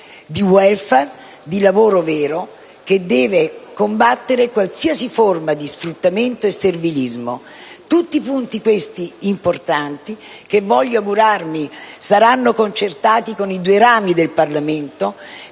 di *welfare*, di lavoro vero che deve essere promosso combattendo qualsiasi forma di sfruttamento e servilismo. Questi sono tutti punti importanti, che voglio augurarmi saranno concertati fra i due rami del Parlamento,